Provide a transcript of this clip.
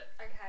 okay